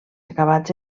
acabats